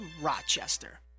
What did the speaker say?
Rochester